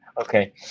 Okay